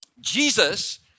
Jesus